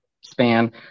span